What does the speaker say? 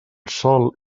sol